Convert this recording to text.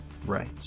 Right